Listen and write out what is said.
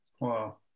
Wow